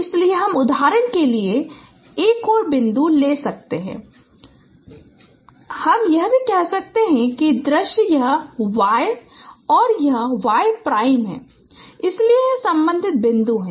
इसलिए हम उदाहरण के लिए एक और बिंदु ले सकते हैं और हम यह भी कह सकते हैं कि दृश्य यह y है और यह y प्राइम है इसलिए यह संबंधित बिंदु है